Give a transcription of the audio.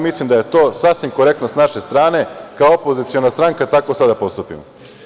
Mislim da je to sasvim korektno sa naše strane, kao opoziciona stranka, da tako sada postupimo.